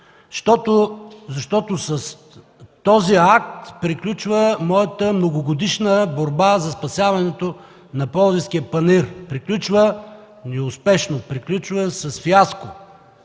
защото с този акт приключва моята многогодишна борба за спасяването на Пловдивския панаир, приключва неуспешно, приключва с фиаско.